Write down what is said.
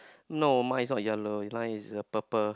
no mine is not yellow mine is a purple